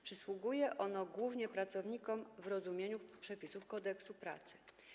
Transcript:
Przysługuje ono głównie pracownikom w rozumieniu przepisów Kodeksu pracy.